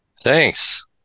Thanks